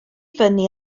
fyny